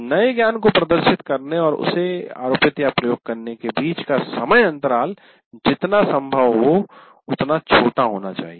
नए ज्ञान को प्रदर्शित करने और उसे आरोपितप्रयोग करने के बीच का समय अंतराल जितना संभव हो उतना छोटा होना चाहिए